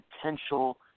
potential